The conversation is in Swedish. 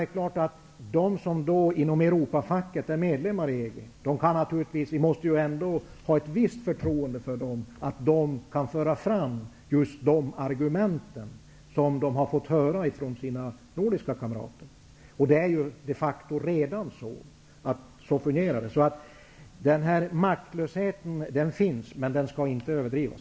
Vi måste ändå ha ett visst förtroende för att de inom Europafacket som är medlemmar i EG kan föra fram just de argument som de har fått höra från sina nordiska kamrater. Det är ju de facto redan så det fungerar. De här maktproblemen finns alltså, men de skall inte överdrivas.